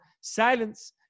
silence